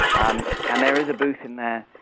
um and there is a booth in there,